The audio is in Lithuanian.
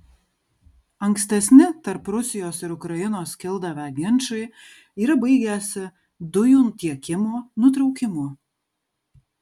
ankstesni tarp rusijos ir ukrainos kildavę ginčai yra baigęsi dujų tiekimo nutraukimu